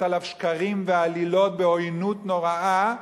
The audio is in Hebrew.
עליו שקרים ועלילות בעוינות נוראה,